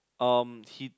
um he